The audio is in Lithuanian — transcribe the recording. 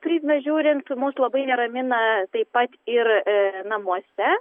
prizmę žiūrint mus labai neramina taip pat ir namuose